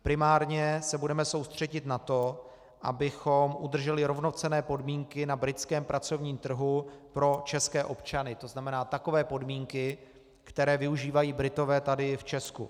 Primárně se soustředíme na to, abychom udrželi rovnocenné podmínky na britském pracovním trhu pro české občany, tzn. takové podmínky, které využívají Britové tady v Česku.